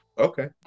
Okay